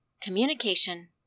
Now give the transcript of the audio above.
communication